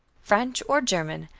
french or german,